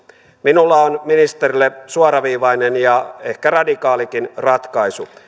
minulla on ministerille suoraviivainen ja ehkä radikaalikin ratkaisu